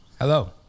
Hello